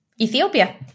Ethiopia